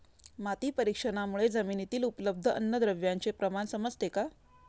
माती परीक्षणामुळे जमिनीतील उपलब्ध अन्नद्रव्यांचे प्रमाण समजते का?